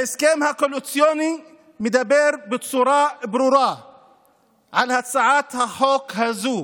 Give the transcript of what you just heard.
ההסכם הקואליציוני מדבר בצורה ברורה על הצעת החוק הזאת.